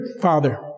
Father